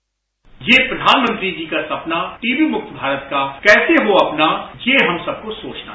bite ये प्रधानमंत्री जी का सपना टीबी मुक्त भारत का कैसे हो अपना ये हम सबको सोचना है